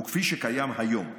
כפי שקיים היום,